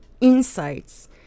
insights